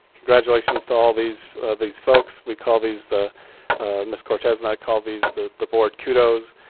congratulations to all these these folks. we call these the ms cortez and i call these the the board kudos.